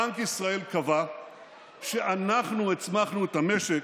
בנק ישראל קבע שאנחנו הצמחנו את המשק.